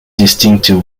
distinctive